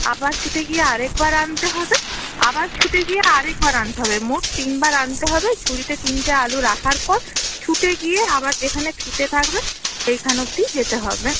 আবার ছুটে গিয়ে আর একবার আনতে হবে আবার ছুটে গিয়ে আর একবার আনতে হবে মোট তিনবার আনতে হবে ঝুড়িতে তিনটে আলু রাখার পর ছুটে গিয়ে আবার যেখানে ফিতে থাকবে সেখান অবধি যেতে হবে